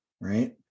right